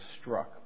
struck